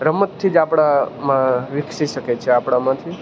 રમતથી જ આપણામાં વિકસી શકે છે આપણામાંથી